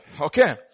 Okay